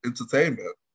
entertainment